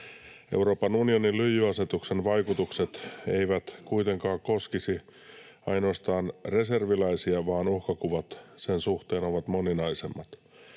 Euroopan unionin lyijyasetuksen vaikutukset eivät kuitenkaan koskisi ainoastaan reserviläisiä, vaan uhkakuvat sen suhteen ovat moninaisemmat.